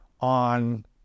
on